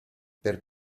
per